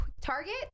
Target